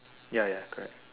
ya ya correct